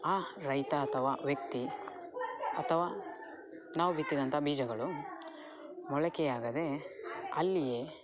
ಆ ರೈತ ಅಥವಾ ವ್ಯಕ್ತಿ ಅಥವಾ ನಾವು ಬಿತ್ತಿದಂತ ಬೀಜಗಳು ಮೊಳಕೆಯಾಗದೆ ಅಲ್ಲಿಯೇ